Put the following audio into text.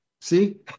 See